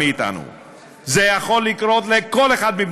זה יכול לקרות לכל אחד מאתנו,